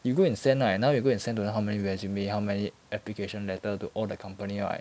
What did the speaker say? you go and send lah now you go and send don't know how many resume how many application letter to all the company right